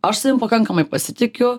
aš savim pakankamai pasitikiu